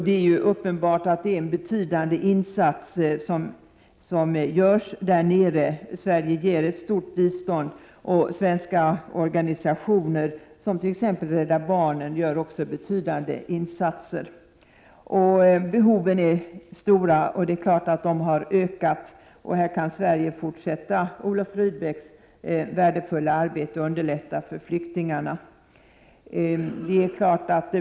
Det är uppenbart att det är en betydande insats som görs där nere. Sverige ger ett stort bistånd, och även svenska organisationer, som t.ex. Rädda barnen gör ansenliga insatser. Behoven är stora och har Prot. 1987/88:65 självfallet också ökat. Sverige kan fortsätta Olof Rydbecks värdefulla arbete 9 februari 1988 när det gäller att förbättra förhållandena för flyktingarna.